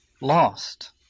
Lost